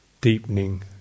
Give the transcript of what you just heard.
deepening